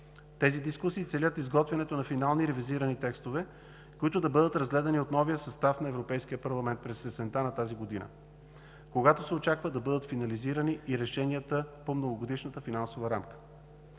Тези дискусии целят изготвянето на финални ревизирани текстове, които да бъдат разгледани от новия състав на Европейския парламент през есента на тази година, когато се очаква да бъдат финализирани и решенията по многогодишната финансова рамка.